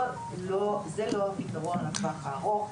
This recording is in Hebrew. זה לא הפתרון לטווח הארוך,